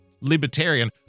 Libertarian